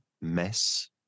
mess